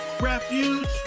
refuge